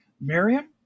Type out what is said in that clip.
Miriam